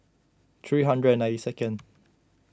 three hundred and ninety second